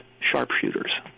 sharpshooters